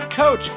coach